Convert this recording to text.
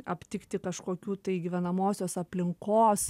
aptikti kažkokių tai gyvenamosios aplinkos